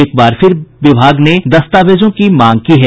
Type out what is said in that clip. एक बार फिर विभाग ने दस्तावेजों की मांग की है